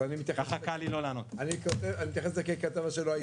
אז אני מתייחס לזה ככתבה שלא הייתה.